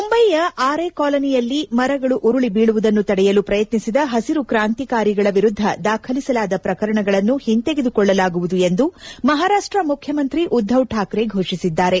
ಮುಂಬೈಯ ಆರೆ ಕಾಲನಿಯಲ್ಲಿ ಮರಗಳು ಉರುಳಿ ಬೀಳುವುದನ್ನು ತಡೆಯಲು ಪ್ರಯತ್ನಿಸಿದ ಹಸಿರು ಕಾಂತಿಕಾರಿಗಳ ವಿರುದ್ದ ದಾಖಲಿಸಲಾದ ಪ್ರಕರಣಗಳನ್ನು ಹಿಂತೆಗೆದುಕೊಳ್ಳಲಾಗುವುದು ಎಂದು ಮಹಾರಾಷ್ಟ ಮುಖ್ಯಮಂತ್ರಿ ಉದ್ದವ್ ಕಾಕ್ರೆ ಘೋಷಿಸಿದ್ದಾರೆ